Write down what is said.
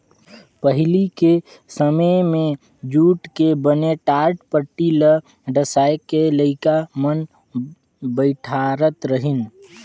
पहिली के समें मे जूट के बने टाटपटटी ल डसाए के लइका मन बइठारत रहिन